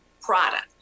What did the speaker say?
product